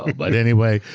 ah but anyway.